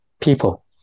people